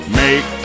make